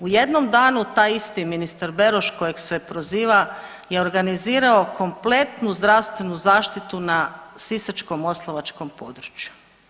U jednom danu taj isti ministar Beroš kojeg se proziva je organizirao kompletnu zdravstvenu zaštitu na sisačko-moslavačkom području.